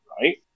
right